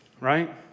right